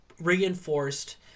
Reinforced